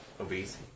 Obese